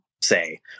say